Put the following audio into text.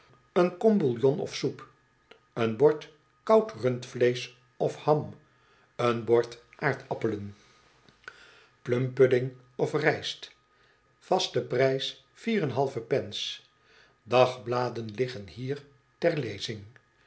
een kom bouillon of soep een bord koud rundvleesch of ham een bord aardappelen plumpudding of rijst vaste prijs pence dagbladen biggen hier ter